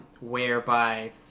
whereby